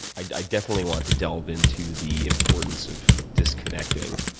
i definitely want to delve into the importance of of disconnecting.